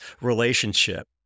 relationship